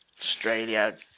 Australia